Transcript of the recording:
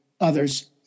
others